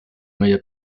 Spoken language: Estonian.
meie